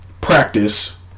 practice